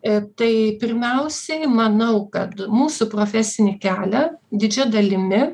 i tai pirmiausiai manau kad mūsų profesinį kelią didžia dalimi